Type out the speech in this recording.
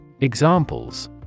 Examples